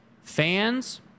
fans